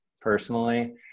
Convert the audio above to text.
personally